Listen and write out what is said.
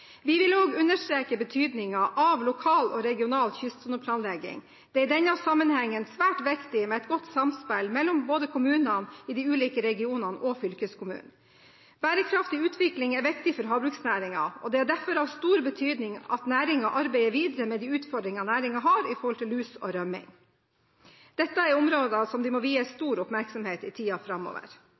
Vi vil også understreke betydningen av lokal og regional kystsoneplanlegging. Det er i denne sammenhengen svært viktig med et godt samspill mellom kommunene i de ulike regionene og fylkeskommunen. Bærekraftig utvikling er viktig for havbruksnæringen, og det er derfor av stor betydning at næringen arbeider videre med de utfordringer den har med lus og rømming. Dette er områder som de må vie stor oppmerksomhet i tiden framover.